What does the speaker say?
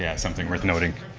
yeah something worth noting.